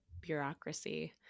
bureaucracy